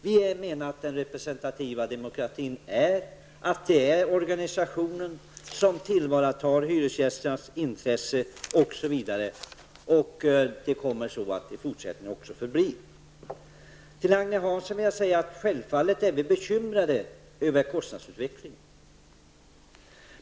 Vi menar att den representativa demokratin innebär att det är organisationen som tillvaratar hyresgästernas intresse osv., och det kommer att så förbli i fortsättningen. Till Agne Hansson vill jag säga att självfallet är vi bekymrade över kostnadsutvecklingen.